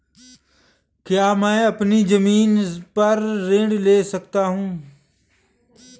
क्या मैं अपनी ज़मीन पर ऋण ले सकता हूँ?